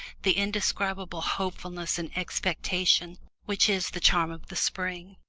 the indescribable hopefulness and expectation which is the charm of the spring?